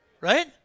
right